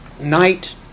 night